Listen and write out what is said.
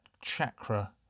Chakra